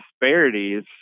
disparities